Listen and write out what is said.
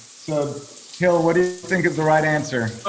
so hill, what do you think is the right answer?